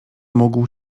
mógł